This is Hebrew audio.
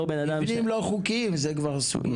מבנים לא חוקיים זה כבר סיפור אחר.